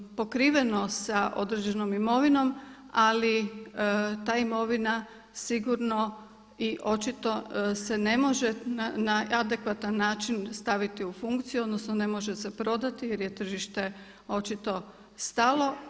Ono je pokriveno sa određenom imovinom ali ta imovina sigurno i očito se ne može na adekvatan način staviti u funkciju odnosno ne može se prodati jer je tržište očito stalo.